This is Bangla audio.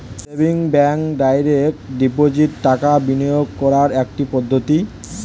সেভিংস ব্যাঙ্কে ডাইরেক্ট ডিপোজিট টাকা বিনিয়োগ করার একটি পদ্ধতি